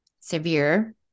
severe